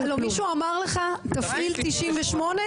מישהו אמר לך, תפעיל 98?